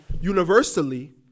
universally